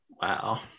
Wow